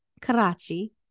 Karachi